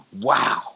Wow